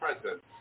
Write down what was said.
presence